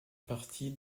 parties